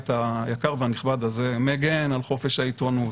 היקר והנכבד הזה מגן על חופש העיתונות,